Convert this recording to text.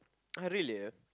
!huh! really